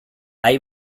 hay